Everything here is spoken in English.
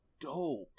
dope